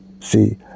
See